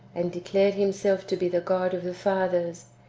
and declared him self to be the god of the fathers.